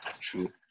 True